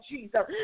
Jesus